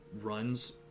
runs